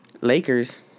Lakers